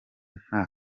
nta